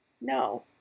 no